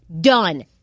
Done